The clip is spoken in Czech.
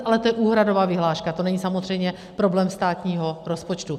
Ale to je úhradová vyhláška, to není samozřejmě problém státního rozpočtu.